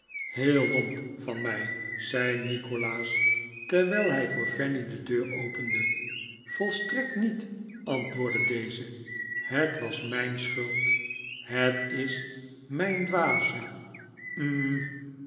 heel lomp van mij zei nikolaas terwijl hij voor fanny de deur opende volstrekt niet antwoordde deze het was mijn schuld het is mijn dwaze hm